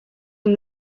him